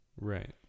Right